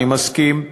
אני מסכים,